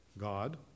God